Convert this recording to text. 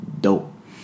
dope